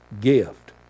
gift